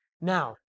Now